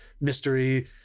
mystery